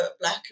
black